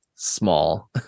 Small